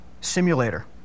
simulator